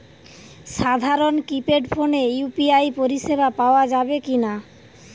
সাধারণ কিপেড ফোনে ইউ.পি.আই পরিসেবা পাওয়া যাবে কিনা?